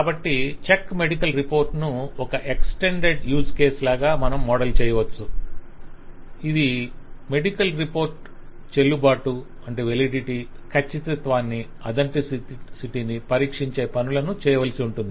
కాబట్టి check medical report ను ఒక ఎక్స్టెండెడ్ యూజ్ కేస్ లాగా మనం మోడల్ చేయవచ్చు ఇది మెడికల్ రిపోర్ట్ చెల్లుబాటు కచ్చితత్వాన్ని పరీక్షించే పనులను చేయవలసి ఉంటుంది